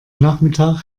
nachmittag